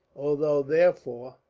although, therefore,